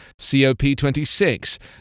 COP26